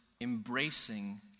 embracing